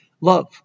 Love